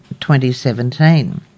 2017